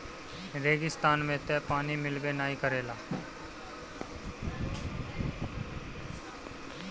रेगिस्तान में तअ पानी मिलबे नाइ करेला